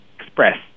Express